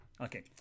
Okay